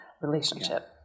relationship